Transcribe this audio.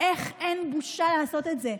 איך אין לה בושה לעשות את זה.